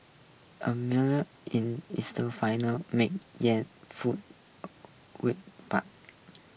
a mill in eastern Finland makes yarn fool wood pulp